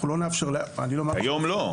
היום לא.